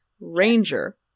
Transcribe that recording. Ranger